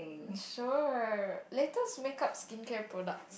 sure latest makeup skincare products